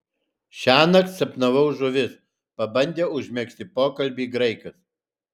šiąnakt sapnavau žuvis pabandė užmegzti pokalbį graikas